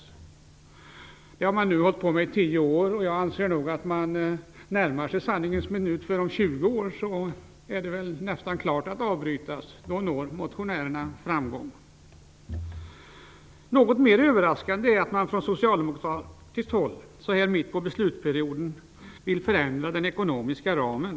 Projektet har nu varit i gång i tio år, och jag anser nog att vi närmar oss sanningens minut, för om 20 år är väl projektet nästan klart och kan avbrytas, och då kommer motionärerna att nå framgång. Något mer överraskande är att man från socialdemokratiskt håll, så här mitt i beslutsperioden, vill förändra den ekonomiska ramen.